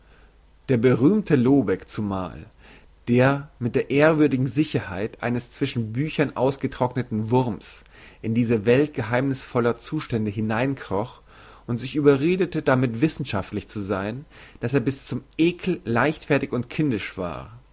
der berühmte lobeck zumal der mit der ehrwürdigen sicherheit eines zwischen büchern ausgetrockneten wurms in diese welt geheimnissvoller zustände hineinkroch und sich überredete damit wissenschaftlich zu sein dass er bis zum ekel leichtfertig und kindisch war